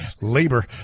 Labor